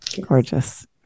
gorgeous